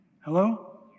Hello